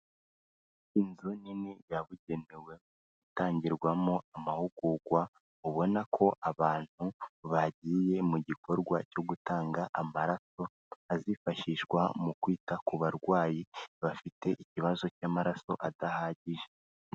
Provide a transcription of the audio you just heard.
Inzu nini yabugenewe itangirwamo amahugurwa ubona ko abantu bagiye mu gikorwa cyo gutanga amaraso, azifashishwa mu kwita ku barwayi bafite ikibazo cy'amaraso adahagije.